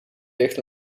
dicht